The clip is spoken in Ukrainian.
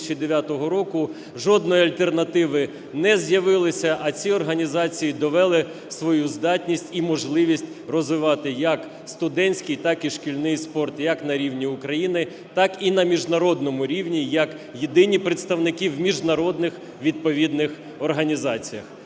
2009 року жодної альтернативи не з'явилося, а ці організації довели свою здатність і можливість розвивати як студентський, так і шкільний спорт як на рівні України, так і на міжнародному рівні як єдині представники в міжнародних відповідних організаціях.